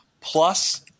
Plus